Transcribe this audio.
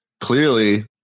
clearly